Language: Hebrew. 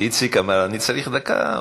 איציק אמר: אני צריך דקה,